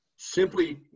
Simply